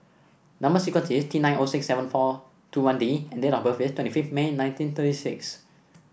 number sequence is T nine O six seven four two one D and date of birth is twenty fifth May nineteen thirty six